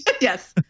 Yes